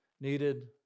needed